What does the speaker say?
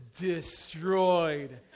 destroyed